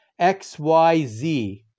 XYZ